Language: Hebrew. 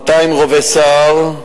200 רובי סער,